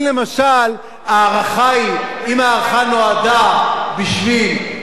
אם למשל ההארכה היא, אם ההארכה נועדה בשביל,